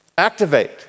activate